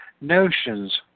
notions